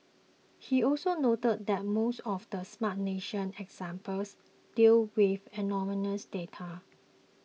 he also noted that most of the Smart Nation examples deal with anonymous data